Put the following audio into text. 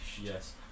Yes